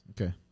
okay